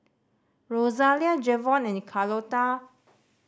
Rosalia Jevon any Carlota